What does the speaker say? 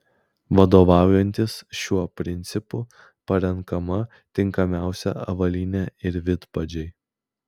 vadovaujantis šiuo principu parenkama tinkamiausia avalynė ir vidpadžiai